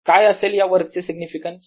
काय असेल या वर्कचे सिग्निफिकँस